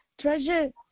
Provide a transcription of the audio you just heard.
treasure